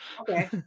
Okay